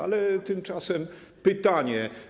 Ale tymczasem pytanie.